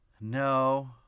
No